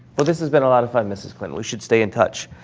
well, this has been a lot of fun mrs. clinton. we should stay in touch.